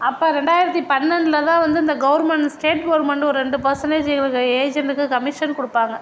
அப்போ ரெண்டாயிரத்து பன்னெண்டுலதான் வந்து இந்த கவுர்மெண்ட் ஸ்டேட் கவுர்மெண்ட்டு ஒரு ரெண்டு பர்சன்டேஜ் எங்களுக்கு ஏஜென்ட்க்கு கமிஷன் கொடுப்பாங்க